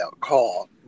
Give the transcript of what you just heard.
call